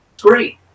Great